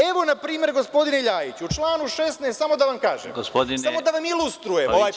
Evo, na primer, gospodine Ljajiću, u članu 16, samo da vam kažem, samo da vam ilustrujem ovaj…